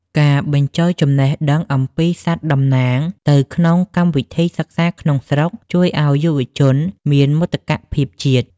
ការបញ្ចូលចំណេះដឹងអំពីសត្វតំណាងទៅក្នុងកម្មវិធីសិក្សាក្នុងស្រុក ជួយឱ្យយុវជនមានមោទកភាពជាតិ។